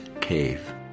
cave